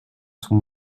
son